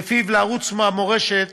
שלפיו לערוץ המורשת